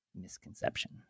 misconception